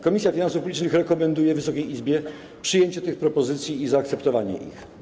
Komisja Finansów Publicznych rekomenduje Wysokiej Izbie przyjęcie tych propozycji i zaakceptowanie ich.